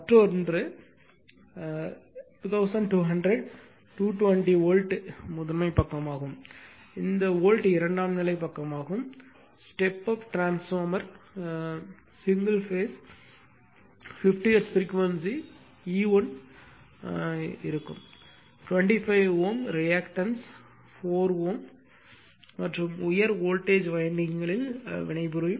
மற்றொன்று 2200 220 வோல்ட் முதன்மை பக்கமாகும் இந்த வோல்ட் இரண்டாம் நிலை பக்கமாகும் ஸ்டெப் அப் டிரான்ஸ்பார்மர் சிங்கிள் பேஸ்ம் 50 ஹெர்ட்ஸ் ப்ரீக்வென்சி ரெசிஸ்டான்சி இ 1 25Ω ரியாக்டன்ஸ் 4 Ω மற்றும் உயர் வோல்டேஜ்வைண்டிங்களில் வினைபுரியும்